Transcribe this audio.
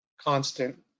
constant